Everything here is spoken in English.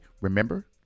remember